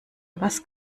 übers